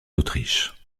autriche